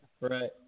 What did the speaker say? right